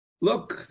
look